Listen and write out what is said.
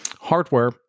hardware